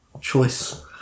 choice